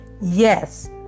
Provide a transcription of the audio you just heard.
yes